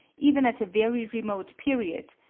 even at a very remote period,